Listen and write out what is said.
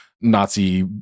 nazi